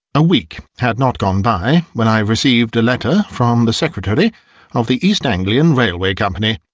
a week had not gone by when i received a letter from the secretary of the east anglian railway company,